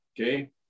okay